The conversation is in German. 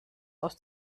aus